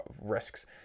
risks